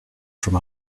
from